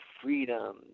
freedom